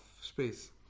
space